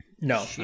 No